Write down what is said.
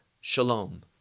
Shalom